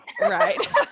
Right